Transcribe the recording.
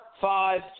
five